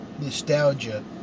nostalgia